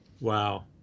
Wow